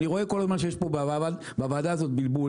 אני רואה כל הזמן שיש פה בוועדה הזאת בלבול